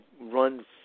run